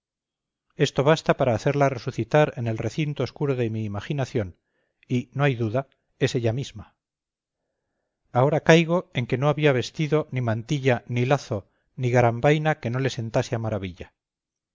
esto basta para hacerla resucitar en el recinto oscuro de mi imaginación y no hay duda es ella misma ahora caigo en que no había vestido ni mantilla ni lazo ni garambaina que no le sentase a maravilla